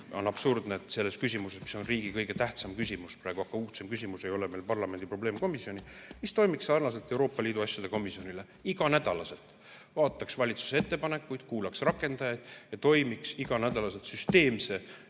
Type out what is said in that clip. On absurdne, et selles küsimuses, mis on praegu riigi kõige tähtsam, akuutsem küsimus, ei ole meil parlamendi probleemkomisjoni, mis toimiks sarnaselt Euroopa Liidu asjade komisjoniga iga nädal. Ta vaataks valitsuse ettepanekuid, kuulaks rakendajaid ja toimiks iga nädal süsteemse